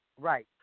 right